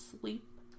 sleep